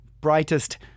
brightest